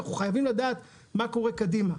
אנחנו חייבים לדעת מה קורה קדימה.